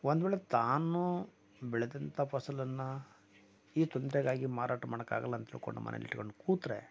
ಒಂದುವೇಳೆ ತಾನು ಬೆಳೆದಂತ ಫಸಲನ್ನು ಈ ತೊಂದರೆಗಾಗಿ ಮಾರಾಟ ಮಾಡೋಕ್ಕಾಗಲ್ಲ ಅಂತ ತಿಳಕೊಂಡು ಮನೆಯಲ್ಲಿಟ್ಕೊಂಡು ಕೂತರೆ